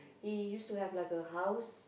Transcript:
he used to have like a house